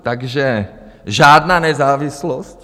Takže žádná nezávislost.